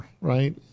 right